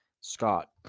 Scott